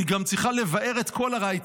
היא גם צריכה לבער את כל הרע,